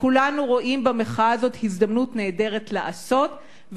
וכולנו רואים במחאה הזאת הזדמנות נהדרת לעשות,